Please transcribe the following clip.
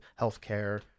healthcare